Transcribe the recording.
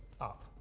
up